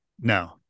no